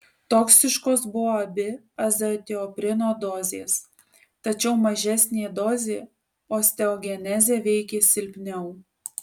toksiškos buvo abi azatioprino dozės tačiau mažesnė dozė osteogenezę veikė silpniau